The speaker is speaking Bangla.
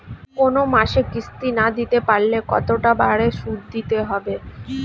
কোন মাসে কিস্তি না দিতে পারলে কতটা বাড়ে সুদ দিতে হবে?